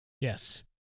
yes